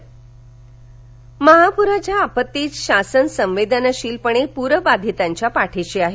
सांगली मदत महाप्राच्या आपत्तीत शासन संवेदनशीलपणे प्रबाधितांच्या पाठिशी आहे